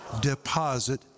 deposit